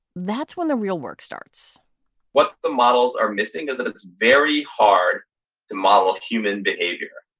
that's when the real work starts what the models are missing is that it's very hard to model human behavior,